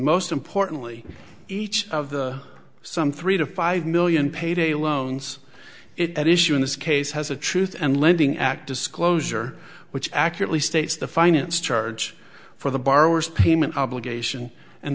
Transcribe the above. most importantly each of the some three to five million payday loans it at issue in this case has a truth and lending act disclosure which accurately states the finance charge for the borrowers payment obligation and